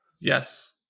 Yes